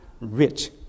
rich